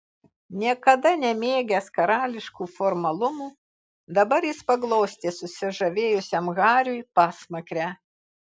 niekada nemėgęs karališkų formalumų dabar jis paglostė susižavėjusiam hariui pasmakrę